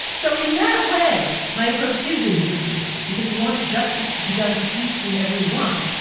so in that way, my approach is individualistic, because it wants justice to be done to each and every one,